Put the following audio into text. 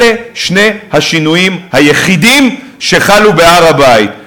אלה שני השינויים היחידים שחלו בהר-הבית: